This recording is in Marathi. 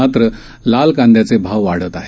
मात्र लाल कांद्याचे भाव वाढत आहेत